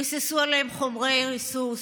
ריססו עליהם חומרי ריסוס,